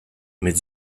mit